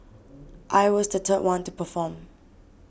I was the third one to perform